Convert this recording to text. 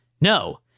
No